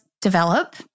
develop